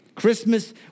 Christmas